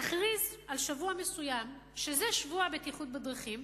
תכריז על שבוע מסוים שזה שבוע הבטיחות בדרכים,